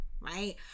Right